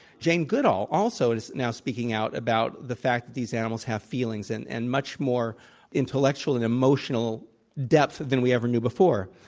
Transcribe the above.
jane goodall, also, is now speaking out about the fact that these animals have feelings and and much more intellectual and emotional depth than we ever knew before.